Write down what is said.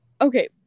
okay